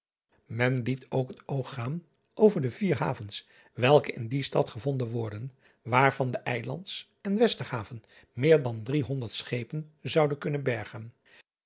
en liet ook het oog gaan over de vier havens welke in die stad gevonden worden waarvan de ilands en esterhaven meer dan drie honderd chepen zouden kunnen bergen